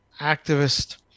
activist